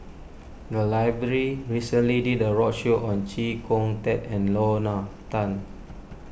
the library recently did a roadshow on Chee Kong Tet and Lorna Tan